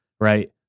Right